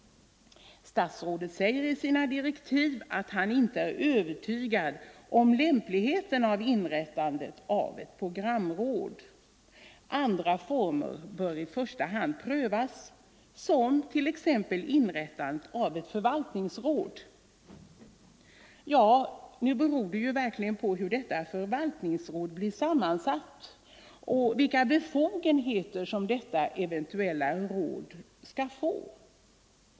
Statsrådet säger i sina direktiv att han inte är övertygad 20 november 1974 om lämpligheten av inrättandet av ett programråd. Andra former bör i första hand prövas, som t.ex. inrättande av ett förvaltningsråd. Ja, Rundradiooch nu beror det ju på hur detta förvaltningsråd blir sammansatt och vilka — andra massmediebefogenheter detta eventuella råd skulle få.